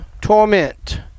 torment